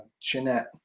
Jeanette